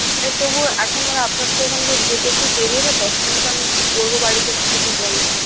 আচ্ছা তবুও এখন মানে আপনার তো ওখানকে যেতে একটু দেরি হবে ততক্ষণকে আমি কী করব বাড়িতে একটু যদি বলেন